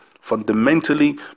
fundamentally